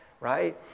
right